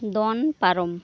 ᱫᱚᱱ ᱯᱟᱨᱚᱢ